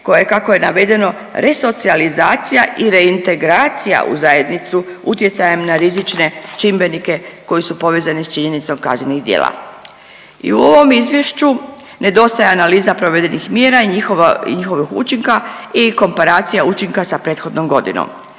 koja je kako je navedeno resocijalizacija i reintegracija u zajednicu utjecajem na rizične čimbenike koji su povezani s činjenicom kaznenih djela. I u ovom izvješću nedostaje analiza provedenih mjera i njihova, njihovih učinka i komparacija učinka sa prethodnom godinom.